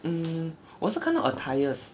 mm 我是看到 attires